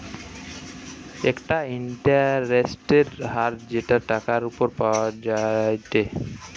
একটা ইন্টারেস্টের হার যেটা টাকার উপর পাওয়া যায়টে